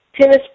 tennis